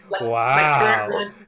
wow